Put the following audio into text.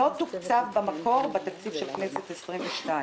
הוא לא תוקצב במקור של כנסת 22,